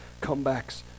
comebacks